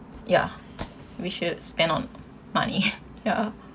ya we should spend on money ya